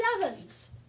sevens